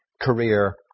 career